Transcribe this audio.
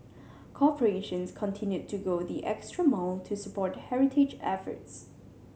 corporations continued to go the extra mile to support heritage efforts